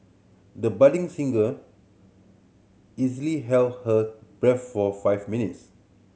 the budding singer easily held her breath for five minutes